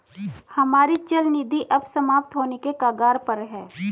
हमारी चल निधि अब समाप्त होने के कगार पर है